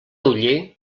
oller